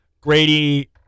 Grady